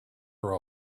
her